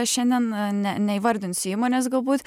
šiandien ne neįvardinsiu įmonės galbūt